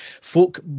Folk